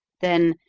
then,